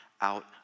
out